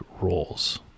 roles